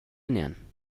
ernähren